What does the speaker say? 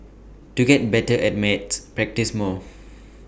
to get better at maths practise more